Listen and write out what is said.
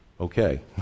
Okay